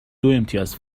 دوامتیاز